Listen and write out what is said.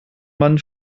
man